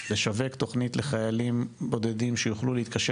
לשווק תוכנית לחיילים בודדים שיוכלו להתקשר